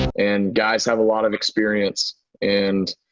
and guys have a lot of experience and.